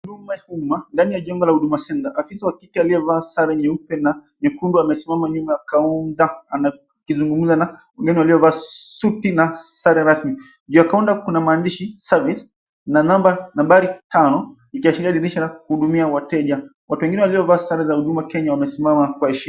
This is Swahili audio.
Nyuma ya hema ndani ya jengo la huduma Senda. Afisa wa kike aliyevaa sare nyeupe na nyekundu amesimama nyuma ya kaunta. Anakizungumza na wengine walio vaa suti na sare rasmi. Juu ya kaunta kuna maandishi service na namba nambari tano ikiashiria dirisha la kuhudumia wateja. Watu wengine walio vaa sare za huduma Kenya wamesimama kwa heshima.